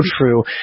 true